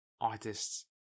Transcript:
artists